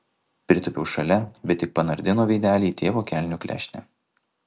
pritūpiau šalia bet tik panardino veidelį į tėvo kelnių klešnę